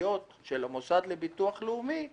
המינהלתיות של המוסד לביטוח לאומי,